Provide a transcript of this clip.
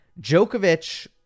Djokovic